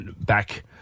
back